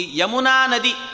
Yamunanadi